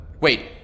Wait